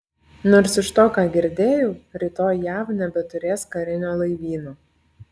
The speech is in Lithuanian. nors iš to ką girdėjau rytoj jav nebeturės karinio laivyno